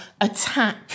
attack